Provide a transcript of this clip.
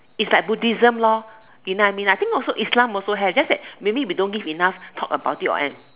is like Buddhism lor you know what I mean I think also Islam also have just that maybe we don't enough talk about it or anything